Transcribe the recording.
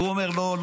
והוא אומר לא,